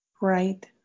right